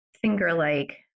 finger-like